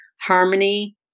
harmony